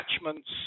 attachments